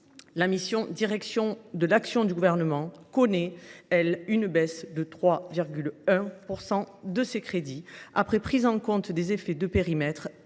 la mission « Direction de l’action du Gouvernement » connaît, elle, une baisse de 3,1 % de ses crédits, après prise en compte des effets de périmètre